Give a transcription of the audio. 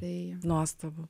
tai nuostabu